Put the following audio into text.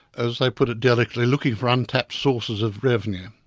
as they put it delicately looking for untapped sources of revenue.